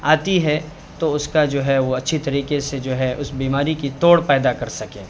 آتی ہے تو اس کا جو ہے وہ اچھی طریقے سے جو ہے اس بیماری کی توڑ پیدا کر سکے